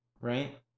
right